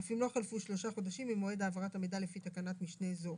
אף אם לא חלפו שלושה חודשים ממועד העברת המידע לפי תקנת משנה זו.